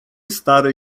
stary